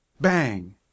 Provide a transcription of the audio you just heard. Bang